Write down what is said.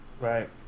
Right